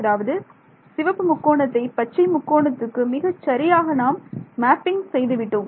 அதாவது சிவப்பு முக்கோணத்தை பச்சை முக்கோணத்துக்கு மிகச் சரியாக நாம் மேப்பிங் செய்துவிட்டோம்